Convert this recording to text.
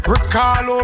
Recall